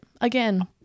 again